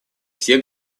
все